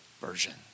Version